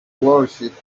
worship